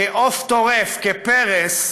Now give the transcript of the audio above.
כעוף טורף, כפרס,